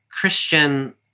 Christian